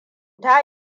ta